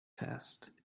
test